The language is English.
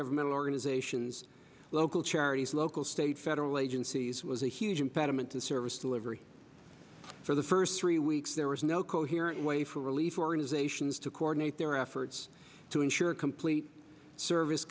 governmental organizations local charities local state federal agencies was a huge impediment to service delivery for the first three weeks there was no coherent way for relief organizations to coordinate their efforts to ensure complete service